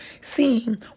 seeing